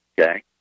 Okay